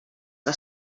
que